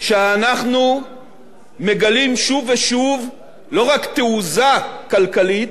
שאנחנו מגלים שוב ושוב לא רק תעוזה כלכלית,